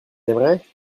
aimeraient